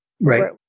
Right